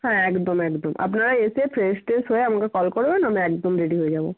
হ্যাঁ একদম এদকম আপনারা এসে ফ্রেশ ট্রেশ হয়ে আমাকে কল করবেন আমি একদম রেডি হয়ে যাব